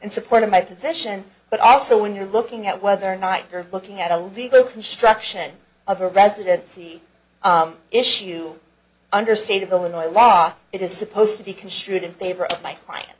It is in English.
in support of my position but also when you're looking at whether or not you're looking at a legal construction of a residency issue under state of illinois law it is supposed to be construed in favor of my clients